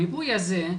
המיפוי הזה,